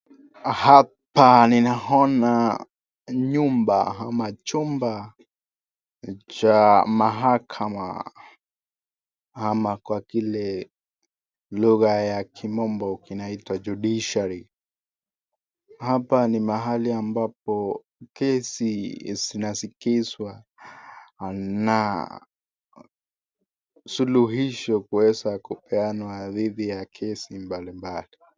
Hapa ninaona nyumba ama chumba cha mahakama ama kwa kile lugha ya kimombo inaitwa judiciary hapa ni mahali ambapo kesi zinazikiliswa na suluhisho kuweza kupeana vipi ya kesi mbalimbali.